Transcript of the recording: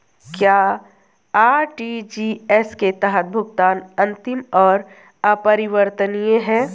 क्या आर.टी.जी.एस के तहत भुगतान अंतिम और अपरिवर्तनीय है?